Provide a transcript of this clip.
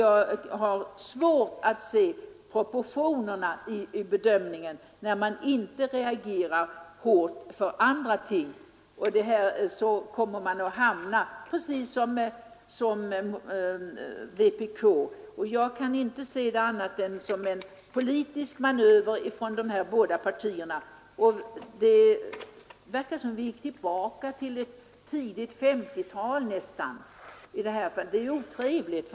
Jag har svårt att se proportionerna i bedömningen. När man inte reagerar hårt för andra ting, så kommer man att hamna i precis samma läge som vpk. Jag kan inte se det skedda som annat än en politisk manöver från båda partierna. Det verkar nästan som om vi är tillbaka i tidigt 5O-tal, och det är faktiskt otrevligt.